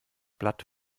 blatt